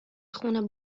خون